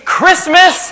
Christmas